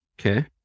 Okay